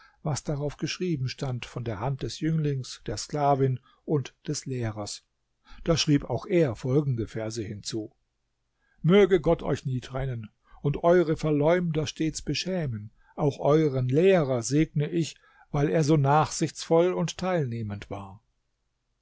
was darauf geschrieben stand von der hand des jünglings der sklavin und des lehrers da schrieb auch er folgende verse hinzu möge gott euch nie trennen und eure verleumder stets beschämen auch eueren lehrer segne ich weil er so nachsichtsvoll und teilnehmend war